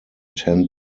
ten